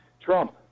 Trump